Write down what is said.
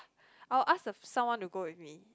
I'll ask someone to go with me